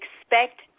expect